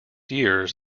years